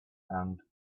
and